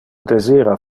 desira